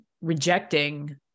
rejecting